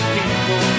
People